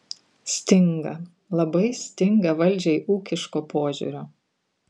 stinga labai stinga valdžiai ūkiško požiūrio